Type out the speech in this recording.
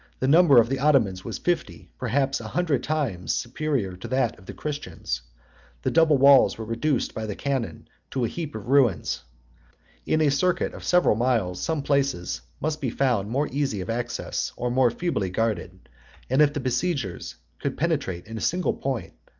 the number of the ottomans was fifty, perhaps a hundred, times superior to that of the christians the double walls were reduced by the cannon to a heap of ruins in a circuit of several miles, some places must be found more easy of access, or more feebly guarded and if the besiegers could penetrate in a single point,